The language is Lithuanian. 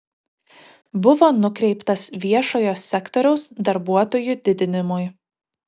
buvo nukreiptas viešojo sektoriaus darbuotojų didinimui